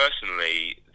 personally